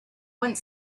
went